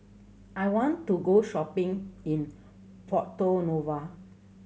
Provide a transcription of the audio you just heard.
I want to go shopping in Porto Novo